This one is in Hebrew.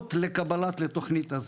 גבוהות לקבלה לתוכנית הזאת,